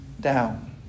down